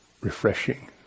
refreshing